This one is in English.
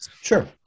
Sure